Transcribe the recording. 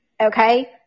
Okay